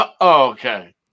Okay